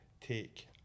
take